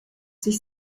sich